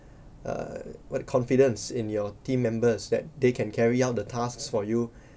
uh what confidence in your team members that they can carry out the task for you